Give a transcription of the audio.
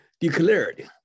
declared